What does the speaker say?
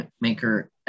maker